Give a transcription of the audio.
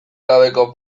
gabeko